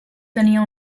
tenia